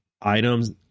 items